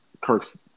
Kirk's